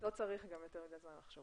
וגם לא צריך זמן רב.